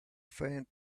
faint